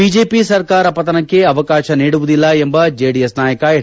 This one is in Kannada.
ಬಿಜೆಪಿ ಸರ್ಕಾರ ಪತನಕ್ಕೆ ಅವಕಾಶ ನೀಡುವುದಿಲ್ಲ ಎಂಬ ಜೆಡಿಎಸ್ ನಾಯಕ ಎಚ್